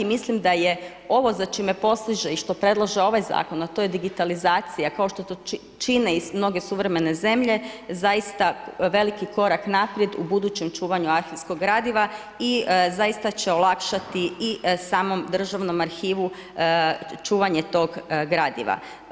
I mislim da je ovo za čime postiže i što predlaže ovaj zakon, a to je digitalizacija kao što to čine i mnoge suvremene zemlje zaista veliki korak naprijed u budućem čuvanju arhivskog gradiva i zaista će olakšati i samom Državnom arhivu čuvanje tog gradiva.